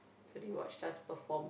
to watch us perform